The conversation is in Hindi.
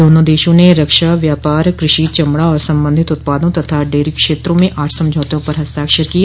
दोनों देशों ने रक्षा व्यापार कृषि चमड़ा और संबंधित उत्पादों तथा डेरी क्षेत्रों में आठ समझौतों पर हस्ताक्षर किए